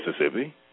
Mississippi